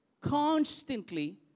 constantly